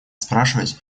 спрашивать